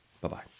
Bye-bye